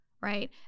right